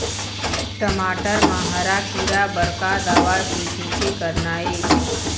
टमाटर म हरा किरा बर का दवा के छींचे करना ये?